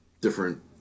different